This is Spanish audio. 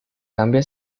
cambia